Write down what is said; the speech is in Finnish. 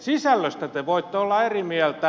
sisällöstä te voitte olla eri mieltä